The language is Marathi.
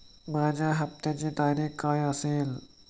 माझ्या हप्त्याची तारीख काय असेल?